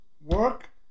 work